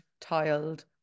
tiled